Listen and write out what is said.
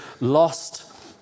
lost